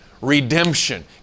redemption